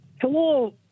Hello